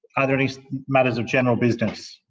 are there any matters of general business?